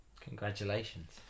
Congratulations